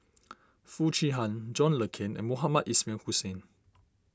Foo Chee Han John Le Cain and Mohamed Ismail Hussain